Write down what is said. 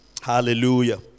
Hallelujah